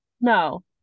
No